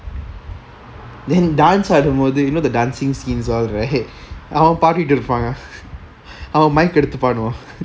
then dance ஆடும் போது:adum pothu you know the dancing scenes all right அவன் பாடிட்டு இருப்பாங்க அவன்:avan padittu iruppanga avan mike எடுத்து பாடுவான்:eduthu paduvan